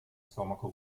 stomaco